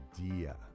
idea